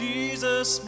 Jesus